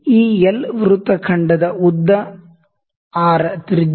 ಈ ಎಲ್ ವೃತ್ತ ಖಂಡದ ಉದ್ದ ಆರ್ ತ್ರಿಜ್ಯ